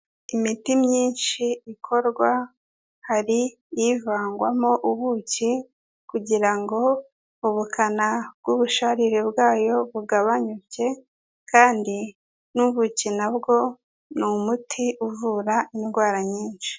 Imiti myinshi ikorwa, hari ivangwamo ubuki kugira ngo ubukana bw'ubusharire bwayo bugabanyuke kandi n'ubuki na bwo, ni umuti uvura indwara nyinshi.